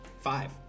Five